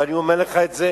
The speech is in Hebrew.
ואני אומר לך את זה